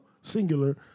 singular